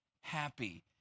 happy